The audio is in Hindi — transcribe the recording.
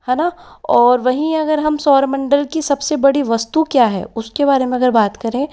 है न और वहीं अगर हम सौरमंडल की सबसे बड़ी वस्तु क्या है उसके बारे में अगर बात करें